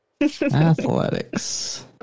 Athletics